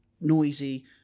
noisy